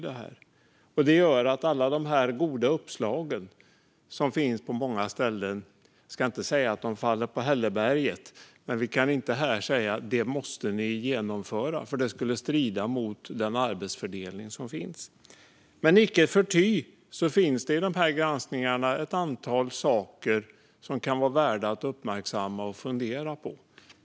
Jag ska inte säga att alla de goda uppslag som finns på många ställen faller på hälleberget, men det gör att vi inte kan säga: Det måste ni genomföra. Det skulle nämligen strida mot den arbetsfördelning som finns. Icke förty finns det i granskningarna ett antal saker som kan vara värda att uppmärksamma och fundera på.